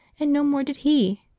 and no more did he.